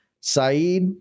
Saeed